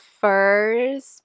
first